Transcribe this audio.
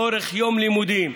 לאורך יום לימודים.